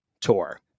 tour